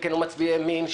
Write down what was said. חלקנו מצביעי ימין,